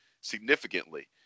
Significantly